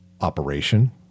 operation